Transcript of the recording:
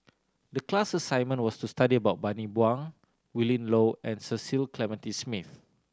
the class assignment was to study about Bani Buang Willin Low and Cecil Clementi Smith